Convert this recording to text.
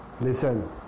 listen